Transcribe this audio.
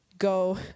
go